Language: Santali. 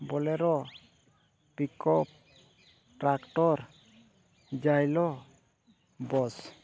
ᱵᱚᱞᱮᱨᱳ ᱯᱤᱠᱟᱯ ᱴᱨᱟᱠᱴᱚᱨ ᱡᱟᱭᱞᱳ ᱵᱚᱥ